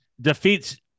Defeats